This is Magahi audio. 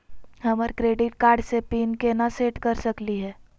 हमर क्रेडिट कार्ड के पीन केना सेट कर सकली हे?